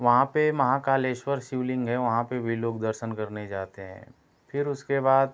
वहाँ पर महाकालेश्वर शिवलिंग है वहाँ पर भी लोग दर्शन करने जाते हैं फिर उसके बाद